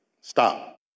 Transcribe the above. stop